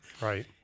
Right